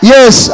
Yes